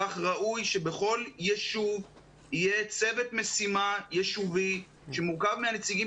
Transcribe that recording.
כך ראוי שבכל ישוב יהיה צוות משימה יישובי שמורכב מהנציגים